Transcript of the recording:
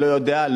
לא יודע,